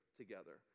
together